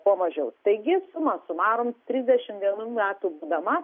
kuo mažiau taigi summa summarum trisdešimt vienų metų būdama